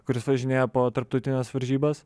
kuris važinėja po tarptautines varžybas